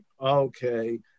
okay